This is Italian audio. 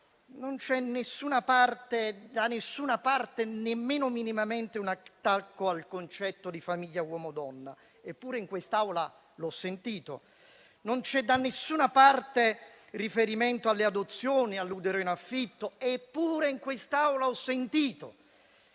non c'è da nessuna parte, nemmeno minimamente, un attacco al concetto di famiglia uomo-donna, eppure in quest'Aula l'ho sentito; non c'è da nessuna parte riferimento alle adozioni, all'utero in affitto, eppure in quest'Aula l'ho sentito.